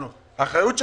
זו האחריות שלו.